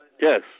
Yes